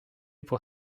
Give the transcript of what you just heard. pour